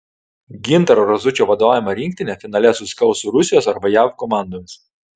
gintaro razučio vadovaujama rinktinė finale susikaus su rusijos arba jav komandomis